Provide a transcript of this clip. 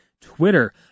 Twitter